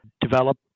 develop